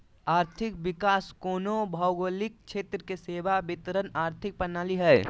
आर्थिक विकास कोनो भौगोलिक क्षेत्र के सेवा वितरण आर्थिक प्रणाली हइ